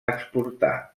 exportar